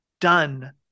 done